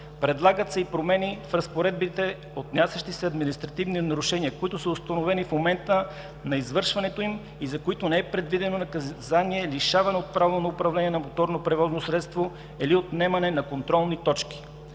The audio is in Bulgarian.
Предлагат се и промени в разпоредбите, отнасящи се до административни нарушения, които са установени в момента на извършването им и за които не е предвидено наказание лишаване от право на управление на моторно превозно средство или отнемане на контролни точки.